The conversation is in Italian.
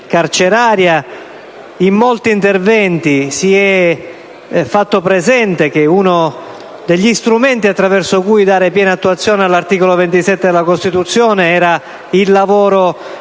carceraria. In molti interventi si è fatto presente che uno degli strumenti attraverso cui dare piena attuazione all'articolo 27 della Costituzione è il lavoro